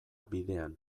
bidean